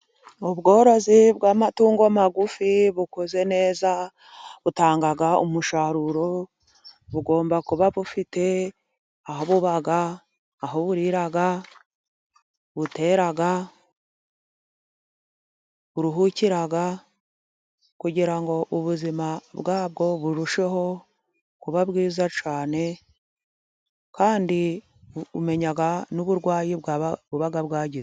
Ubworozi bw'amatungo magufi bukoze neza butanga umusaruro, bugomba kuba bufite aho buba aho buririra, butera, bukaruhukira kugira ngo ubuzima bwabwo burusheho kuba bwiza cyane, kandi umenya n'uburwayi buba bwagize.